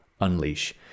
UNLEASH